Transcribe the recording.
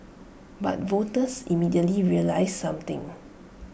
but voters immediately realised something